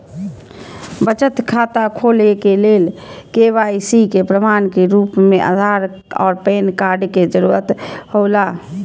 बचत खाता खोले के लेल के.वाइ.सी के प्रमाण के रूप में आधार और पैन कार्ड के जरूरत हौला